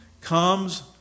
comes